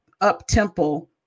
up-temple